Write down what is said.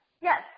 Yes